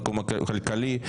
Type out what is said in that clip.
בתחום הכלכלי,